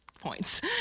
points